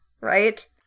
right